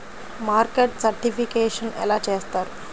Market certification ఎలా చేస్తారు?